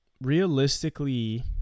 Realistically